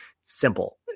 Simple